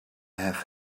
have